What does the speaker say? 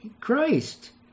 Christ